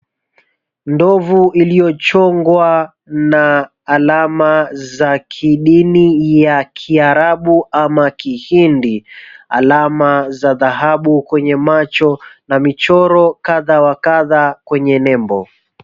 Ndovu iliyochongwa na alama za kidini ya kiarabu ama kihindi, alama za dhahabu kwenye macho na michoro kadha wa kadha kwenye nembo.